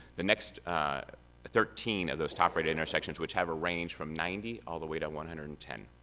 the next thirteen of those top-rated intersections which have a range from ninety all the way to one hundred and ten.